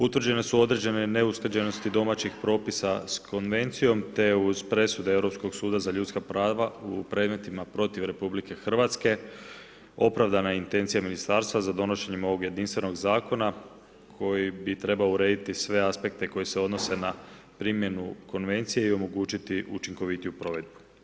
Utvrđene su određene neusklađenosti domaćih propisa sa Konvencijom te uz presude Europskog suda za ljudska prava u predmetima protiv RH opravdana je intencija ministarstva za donošenjem ovog jedinstvenog zakona koji bi trebao urediti sve aspekte koji se odnose na primjenu Konvencije i omogućiti učinkovitiju provedbu.